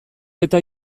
eta